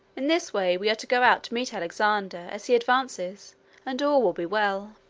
in this way we are to go out to meet alexander as he advances and all will be well.